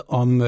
om